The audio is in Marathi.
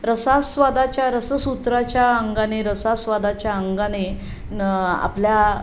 रसास्वादाच्या रससूत्राच्या अंगाने रसास्वादाच्या अंगाने न आपल्या